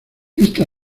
esta